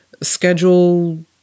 schedule